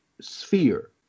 sphere